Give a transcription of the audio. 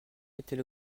était